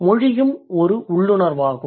மொழியும் ஒரு உள்ளுணர்வாகும்